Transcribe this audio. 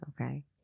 Okay